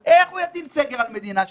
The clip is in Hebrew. איך הוא יטיל סגר על מדינה שלמה?